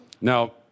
now